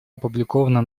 опубликована